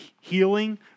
Healing